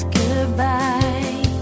goodbye